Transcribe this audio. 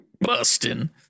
Busting